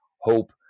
hope